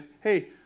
hey